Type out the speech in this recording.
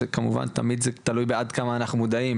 שכמובן זה תמיד תלוי כמה אנחנו מודעים,